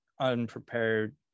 unprepared